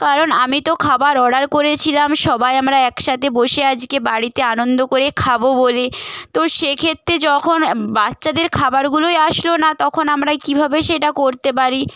কারণ আমি তো খাবার অর্ডার করেছিলাম সবাই আমরা একসাথে বসে আজকে বাড়িতে আনন্দ করে খাবো বলে তো সেক্ষেত্রে যখন বাচ্চাদের খাবারগুলোই আসলো না তখন আমরা কীভাবে সেটা করতে পারি